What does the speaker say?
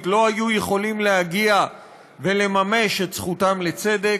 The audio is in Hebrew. לא היו יכולים להגיע ולממש את זכותם לצדק.